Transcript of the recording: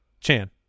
Chan